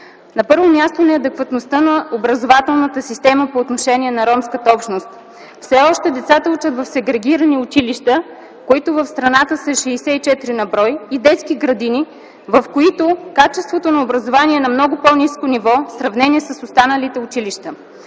На първо място, неадекватността на образователната система по отношение на ромската общност. Все още децата учат в сегрегирани училища, които в страната са 64 на брой, и детски градини, в които качеството на образование е на много по-ниско ниво, в сравнение с останалите училища.